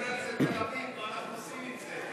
יהודה, לתל-אביב, מה אנחנו עושים עם זה?